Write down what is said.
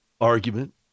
argument